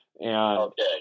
Okay